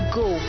go